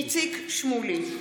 איציק שמולי,